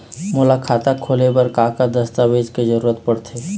मोला खाता खोले बर का का दस्तावेज दस्तावेज के जरूरत पढ़ते?